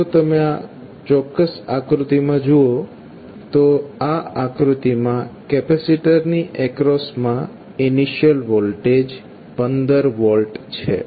જો તમે આ ચોક્ક્સ આકૃતિમાં જુઓ તો આ આકૃતિમાં કેપેસીટર ની એક્રોસ માં ઇનિશિયલ વોલ્ટેજ 15 V છે